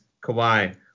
Kawhi